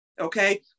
Okay